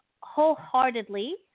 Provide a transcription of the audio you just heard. wholeheartedly